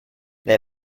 they